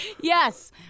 Yes